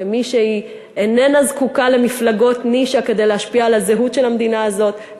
כמי שהיא איננה זקוקה למפלגות נישה כדי להשפיע על הזהות של המדינה הזאת,